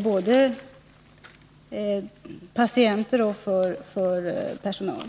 både för patienter och för personal.